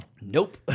nope